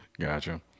Gotcha